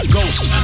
Ghost